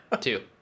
two